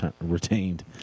retained